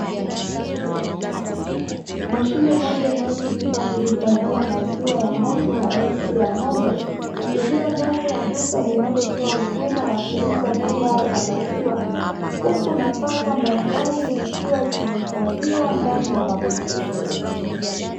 Mashine moja inayotumika kuhifadhia maziwa ya moto halisi ya ng’ombe, ikiwa ndani ya duka kubwa linalotoa huduma ya kuuza bidhaa za maziwa, huku nafaka mbalimbali zikiwa zimehifadhiwa ndani ya magunia.